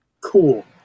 Cool